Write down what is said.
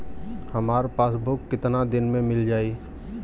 हमार पासबुक कितना दिन में मील जाई?